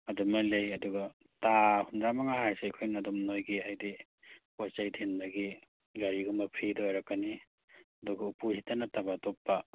ꯑꯗꯨꯃꯥꯏꯅ ꯂꯩ ꯑꯗꯨꯒ ꯍꯨꯝꯗ꯭ꯔꯥ ꯃꯉꯥ ꯍꯥꯏꯔꯁꯤ ꯑꯩꯈꯣꯏꯅ ꯑꯗꯨꯝ ꯅꯣꯏꯒꯤ ꯍꯥꯏꯗꯤ ꯄꯣꯠ ꯆꯩ ꯊꯤꯟꯕꯒꯤ ꯒꯥꯔꯤꯒꯨꯝꯕ ꯐ꯭ꯔꯤꯗ ꯑꯣꯏꯔꯛꯀꯅꯤ ꯑꯗꯨꯒ ꯎꯄꯨꯁꯤꯗ ꯅꯠꯇꯕ ꯑꯇꯣꯞꯄ